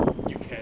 you can